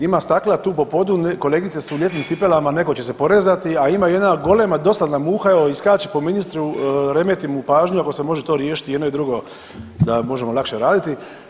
Ima stakla tu po podu, kolegice su u ljetnim cipelama, neko će se porezati, a ima jedna golema dosadna muha, evo i skače po ministru, remeti mu pažnju, ako se to može riješiti i jedno i drugo da možemo lakše raditi.